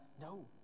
No